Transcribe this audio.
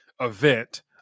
event